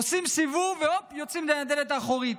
עושים סיבוב, והופ, יוצאים דרך הדלת האחורית.